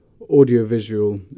audiovisual